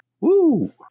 Woo